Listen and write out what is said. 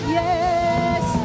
yes